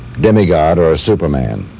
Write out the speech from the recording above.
demigod or a superman.